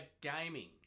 gaming